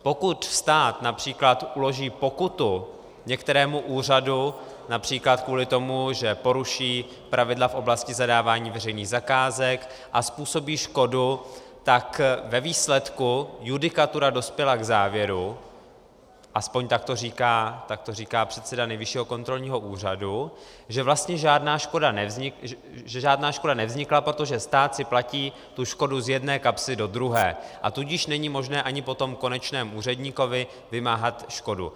Pokud stát uloží pokutu některému úřadu například kvůli tomu, že poruší pravidla v oblasti zadávání veřejných zakázek a způsobí škodu, tak ve výsledku judikatura dospěla k závěru, aspoň tak to říká předseda Nejvyššího kontrolního úřadu, že vlastně žádná škoda nevznikla, protože stát si platí tu škodu z jedné kapsy do druhé, a tudíž není možné ani po tom konečném úředníkovi vymáhat škodu.